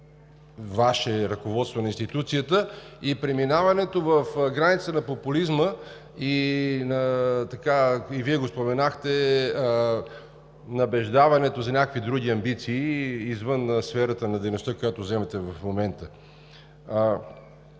Ваше ръководство на институцията и преминаването в границата на популизма – и Вие го споменахте, набеждаването за някакви други амбиции извън сферата на дейността, която заемате в момента.